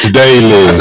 daily